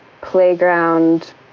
playground